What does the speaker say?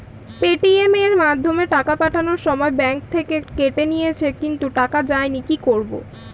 Paytm এর মাধ্যমে টাকা পাঠানোর সময় ব্যাংক থেকে কেটে নিয়েছে কিন্তু টাকা যায়নি কি করব?